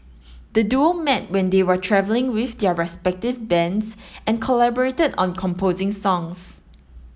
the duo met when they were travelling with their respective bands and collaborated on composing songs